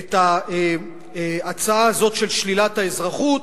את ההצעה הזאת, של שלילת האזרחות,